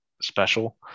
special